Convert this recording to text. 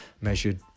measured